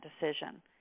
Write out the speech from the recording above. decision